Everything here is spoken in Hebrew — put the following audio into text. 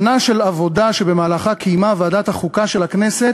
שנה של עבודה שבמהלכה קיימה ועדת החוקה של הכנסת